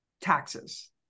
taxes